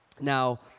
Now